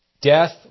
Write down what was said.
Death